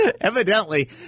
evidently